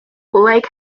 lake